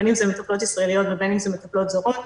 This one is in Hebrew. בין אם זה מטפלות ישראליות ובין אם זה מטפלו זרות,